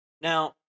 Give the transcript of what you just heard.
now